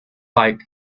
like